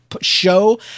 show